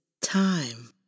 time